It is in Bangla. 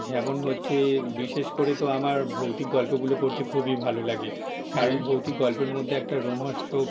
যেমন হচ্ছে বিশেষ করে তো আমার ভৌতিক গল্পগুলো পড়তে খুবই ভালো লাগে কারণ ভৌতিক গল্পের মধ্যে একটা রোমহর্ষক